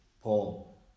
Paul